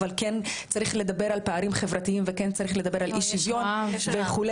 אבל כן צריך לדבר על פערים חברתיים וכן צריך לדבר על אי-שוויון וכו'.